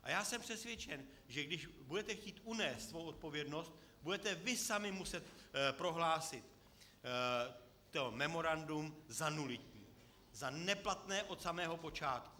A já jsem přesvědčen, že když budete chtít unést svou odpovědnost, budete vy sami muset prohlásit to memorandum za nulitní, za neplatné od samého počátku.